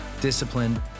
disciplined